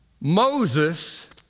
Moses